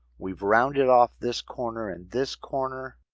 we've rounded off this corner and this corner.